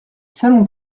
salon